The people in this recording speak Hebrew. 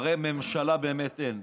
הרי ממשלה באמת אין.